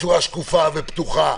בצורה שקופה ופתוחה.